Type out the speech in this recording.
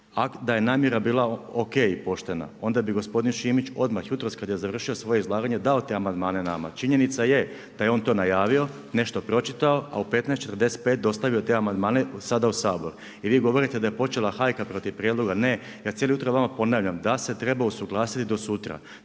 Da je namjera bila ok i poštena, onda bi gospodin Šimić, odmah jutros, kada je završio svoje izlaganje, dao te amandmane nama. Činjenica je da je on to najavio, nešto pročitao, a u 15,45 dostavio te amandmane sada u Sabor. I vi govorite da je počela hajka protiv prijedloga. Ne, ja cijelo jutro vama ponavljam da se treba usuglasiti do sutra.